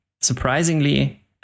surprisingly